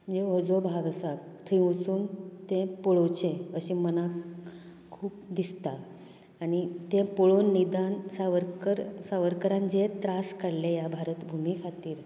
हो जो भाग आसा थंय वचून ते पळोवंचे अशें मनांक खूब दिसता आनी तें पळोवन निदान सावरकर सावरकरान जे त्रास काडलें ह्या भारत भुमी खातीर